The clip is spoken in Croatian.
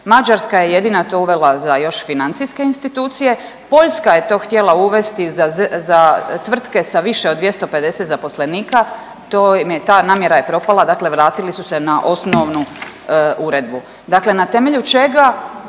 Mađarska je jedina to uvela za još financijske institucije, Poljska je to htjela uvesti za tvrtke sa više od 250 zaposlenika, to im je, ta namjera je propala, dakle vratili su se na osnovu uredbu. Dakle, na temelju čega